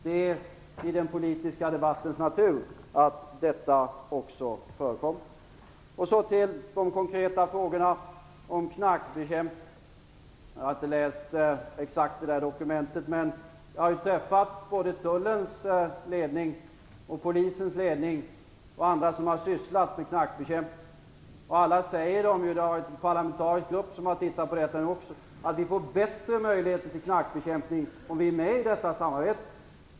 Det ligger i den politiska debattens natur att sådant förekommer. Så till de konkreta frågorna om knarkbekämpning. Jag har inte exakt studerat det nämnda dokumentet, men jag har träffat både tullens och polisens ledning och andra som har sysslat med knarkbekämpning, och en parlamentarisk grupp har nu undersökt detta, och jag vet att vi får bättre möjligheter till knarkbekämpning om vi är med i detta samarbete.